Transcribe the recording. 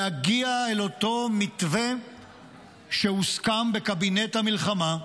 להגיע אל אותו מתווה שהוסכם בקבינט המלחמה,